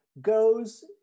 goes